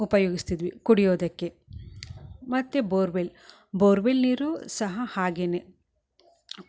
ಉಪಯೋಗಿಸ್ತಿದ್ವಿ ಕುಡಿಯೋದಕ್ಕೆ ಮತ್ತು borewell borewell ನೀರು ಸಹ ಹಾಗೆನೆ